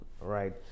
Right